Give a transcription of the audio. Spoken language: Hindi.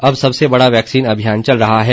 अब सबसे बड़ा वैक्सीन अभियान चल रहा है